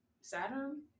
Saturn